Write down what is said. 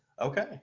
Okay